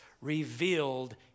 revealed